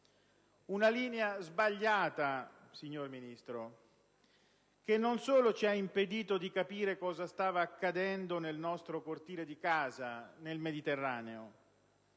una linea sbagliata che non solo ci ha impedito di capire cosa stava accadendo nel nostro cortile di casa, nel Mediterraneo,